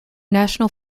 national